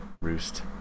roost